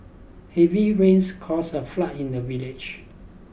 heavy rains caused a flood in the village